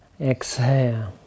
exhale